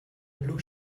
blue